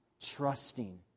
Trusting